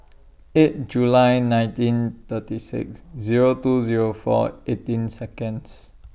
eight July nineteen thirty six Zero two Zero four eighteen Seconds